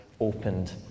Opened